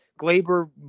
Glaber